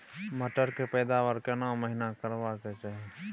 मटर के पैदावार केना महिना करबा के चाही?